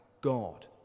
God